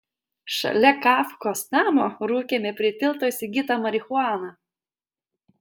šalia kafkos namo rūkėme prie tilto įsigytą marihuaną